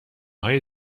های